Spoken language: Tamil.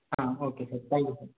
ah okay sir thank you sir